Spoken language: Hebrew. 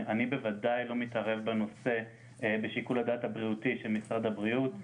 אני בוודאי לא מתערב בשיקול הדעת הבריאותי של משרד הבריאות,